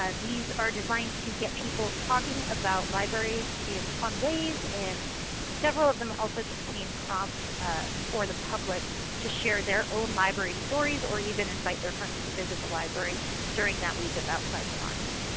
these are designed to get people talking about libraries in fun ways. and several of them also contain prompts for the public to share their own library stories or even invite their friends to visit the library during that week of outside the lines.